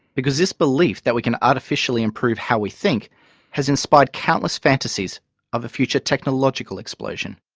because this belief that we can artificially improve how we think has inspired countless fantasies of a future technological explosion.